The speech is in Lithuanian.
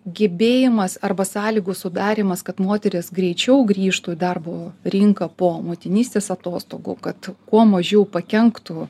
gebėjimas arba sąlygų sudarymas kad moteris greičiau grįžtų į darbo rinką po motinystės atostogų kad kuo mažiau pakenktų